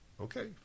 Okay